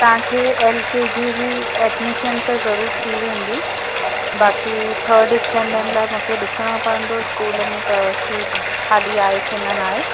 तव्हांखे एलकेजी जी एडमिशन त ज़रुरु थी वेंदी बाक़ी थड स्टेंडड लाइ मुखे ॾिसणो पवंदो स्कूल में त सीट खाली आहे कि न न आहे